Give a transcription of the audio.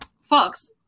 Fox